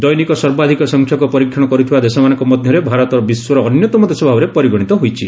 ଦୈନିକ ସର୍ବାଧିକ ସଂଖ୍ୟକ ପରୀକ୍ଷଣ କରୁଥିବା ଦେଶମାନଙ୍କ ମଧ୍ୟରେ ଭାରତ ବିଶ୍ୱର ଅନ୍ୟତମ ଦେଶ ଭାବରେ ପରିଗଣିତ ହୋଇଛି